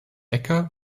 äcker